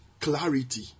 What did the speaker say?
clarity